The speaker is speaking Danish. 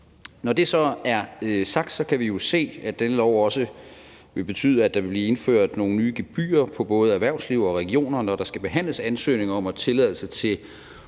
Når det så er sagt, kan vi se, at denne lov også vil betyde, at der vil blive indført nogle nye gebyrer på både erhvervsliv og regioner, når der skal behandles ansøgning om og tilladelse til